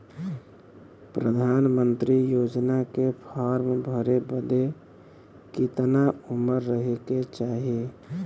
प्रधानमंत्री योजना के फॉर्म भरे बदे कितना उमर रहे के चाही?